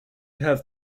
have